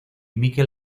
mikel